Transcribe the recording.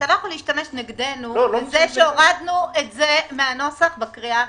אתה לא יכול להשתמש נגדנו בזה שהורדנו את זה מהנוסח בקריאה הראשונה,